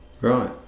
Right